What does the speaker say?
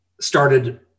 started